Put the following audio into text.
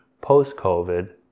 post-COVID